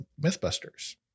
Mythbusters